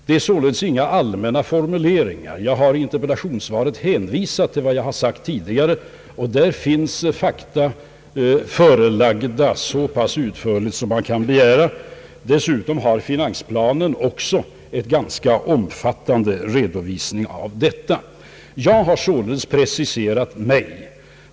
Det är således inga allmänna formuleringar. Jag har i mitt interpellationssvar i dag hänvisat till vad jag har sagt tidigare. Där finns fakta klarlagda så pass utförligt som man kan begära. Dessutom innehåller finansplanen också en ganska omfattande redovisning av detta. Jag har således preciserat mig.